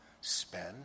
spend